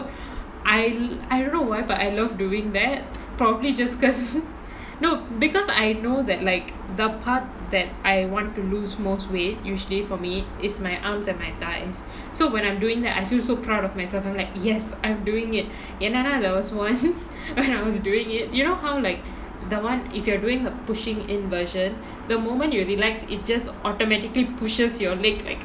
I I don't know why but I love doing that probably just because no because I know that like the part that I want to lose most weight usually for me is my arms and my thighs so when I'm doing that I feel so proud of myself I'm like yes I'm doing it என்னன்னா:ennannaa there was once when I was doing it you know how like the [one] if you are doing the pushing in version the moment you relax it just automatically pushes your leg